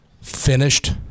finished